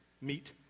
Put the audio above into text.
meet